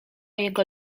jego